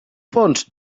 fonts